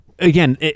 Again